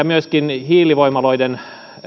myöskin hiilivoimaloiden